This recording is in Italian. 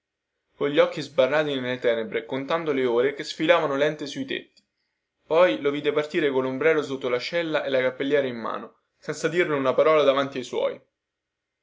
dellaltro cogli occhi sbarrati nelle tenebre contando le ore che sfilavano lente sui tetti poi lo vide partire collombrello sotto lascella e la cappelliera in mano senza dirle una parola davanti ai suoi